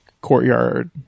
courtyard